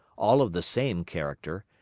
all of the same character,